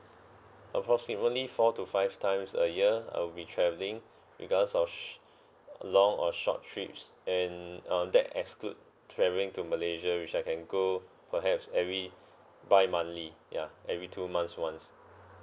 approximately four to five times a year I will be travelling because of sh~ long or short trips and um that exclude travelling to malaysia which I can go perhaps every bi-monthly ya every two months once